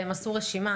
והם עשו רשימה,